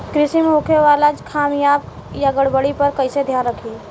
कृषि में होखे वाला खामियन या गड़बड़ी पर कइसे ध्यान रखि?